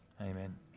amen